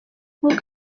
nkuko